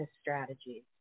strategies